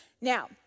Now